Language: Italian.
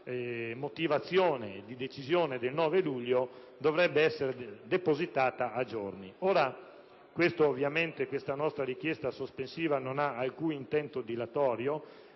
la motivazione di decisione del 9 luglio dovrebbe essere depositata a giorni. Ovviamente, questa nostra richiesta sospensiva non ha alcun intento dilatorio,